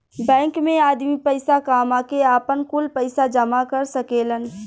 bank मे आदमी पईसा कामा के, आपन, कुल पईसा जामा कर सकेलन